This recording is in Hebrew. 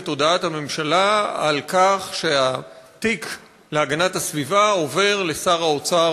את הודעת הממשלה על כך שהתיק של הגנת הסביבה עובר לשר האוצר,